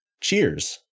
cheers